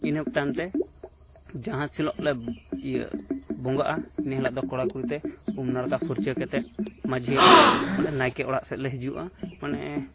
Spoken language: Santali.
ᱤᱱᱟᱹ ᱛᱟᱭᱚᱢᱛᱮ ᱡᱟᱦᱟᱸᱥᱮᱱᱚᱜᱞᱮ ᱤᱭᱟᱹᱜ ᱵᱚᱸᱜᱟᱜᱼᱟ ᱱᱮᱦᱚᱲᱟᱜᱫᱚ ᱠᱚᱲᱟ ᱠᱩᱲᱤᱛᱮ ᱩᱢᱼᱱᱟᱲᱠᱟ ᱯᱷᱩᱨᱪᱟᱹ ᱠᱟᱛᱮᱫ ᱢᱟᱺᱡᱷᱤᱭᱟᱜ ᱢᱟᱱᱮ ᱱᱟᱭᱠᱮ ᱚᱲᱟᱜ ᱥᱮᱫᱞᱮ ᱦᱤᱡᱩᱜᱼᱟ ᱢᱟᱱᱮ